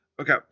okay